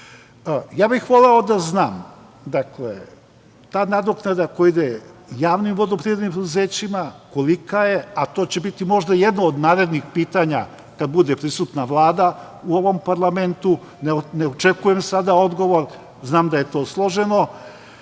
bih da znam, dakle, ta nadoknada koja ide javnim vodoprivrednim preduzećima, kolika je, a to će biti možda jedno od narednih pitanja kad bude prisutna Vlada u ovom parlamentu. Ne očekujem sada odgovor, znam da je to složeno,